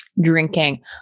drinking